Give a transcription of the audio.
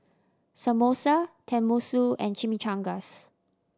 Samosa Tenmusu and Chimichangas